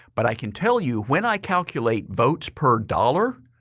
but i can tell you, when i calculate votes per dollar,